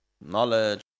knowledge